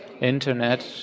internet